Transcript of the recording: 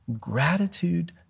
Gratitude